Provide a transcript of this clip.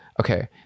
Okay